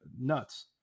Nuts